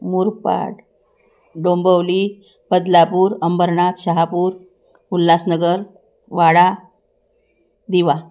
Murbad Dombivli Badlapur Ambernath Shahapur Ulhasnagar Wada Diva